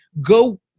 go